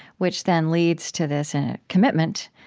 which then leads to this and commitment,